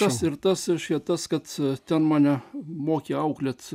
tas ir tas aš čia tas kad ten mane mokė auklėt